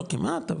לא כמעט,